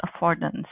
affordance